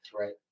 Right